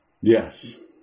Yes